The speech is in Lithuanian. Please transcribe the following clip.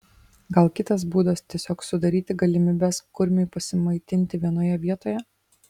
gal kitas būdas tiesiog sudaryti galimybes kurmiui pasimaitinti vienoje vietoje